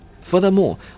Furthermore